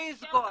שיסגור.